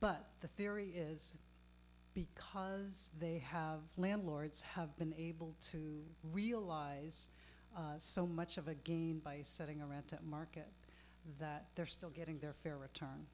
but the theory is because they have landlords have been able to realize so much of a gain by setting a rental market that they're still getting their fair